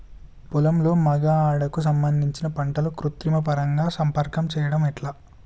పొలంలో మగ ఆడ కు సంబంధించిన పంటలలో కృత్రిమ పరంగా సంపర్కం చెయ్యడం ఎట్ల?